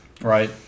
Right